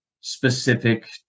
specific